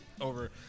over